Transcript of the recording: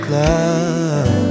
love